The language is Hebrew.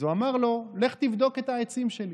אז הוא אמר לו, לך תבדוק את העצים שלי,